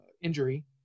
injury